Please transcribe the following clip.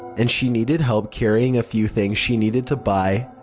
and she needed help carrying a few things she needed to buy.